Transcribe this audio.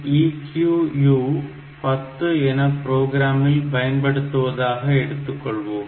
N EQU 10 என புரோகிராமில் பயன்படுத்துவதாக எடுத்துக்கொள்வோம்